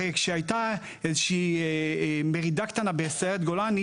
הרי כשהיתה איזושהי מרידה קטנה בסיירת גולני